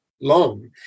Long